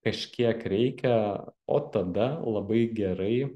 kažkiek reikia o tada labai gerai